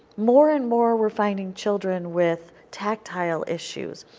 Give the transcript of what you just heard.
more and more we are finding children with tactile issues.